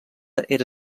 era